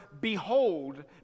behold